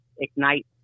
Ignite